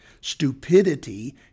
Stupidity